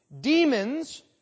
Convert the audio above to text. Demons